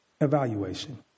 Evaluation